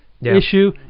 issue